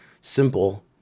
simple